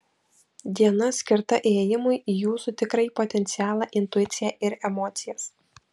diena skirta įėjimui į jūsų tikrąjį potencialą intuiciją ir emocijas